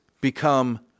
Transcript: become